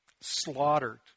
slaughtered